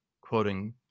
quoting